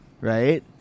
right